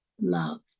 love